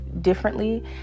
differently